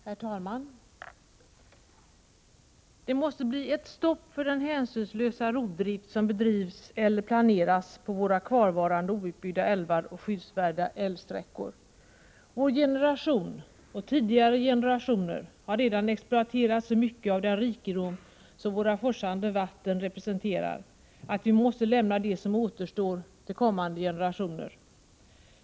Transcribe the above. Herr talman! Det måste bli ett stopp för den hänsynslösa rovdrift som bedrivs eller planeras på våra kvarvarande outbyggda älvar och skyddsvärda älvsträckor. Vår generation och tidigare generationer har redan exploaterat så mycket av den rikedom som våra forsande vatten representerar att vi måste lämna det som återstår till kommande generationer.